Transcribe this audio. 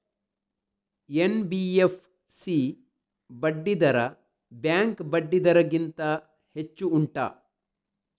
NBFC ಬಡ್ಡಿ ದರ bank ಬಡ್ಡಿ ದರ ಗಿಂತ ಹೆಚ್ಚು ಉಂಟಾ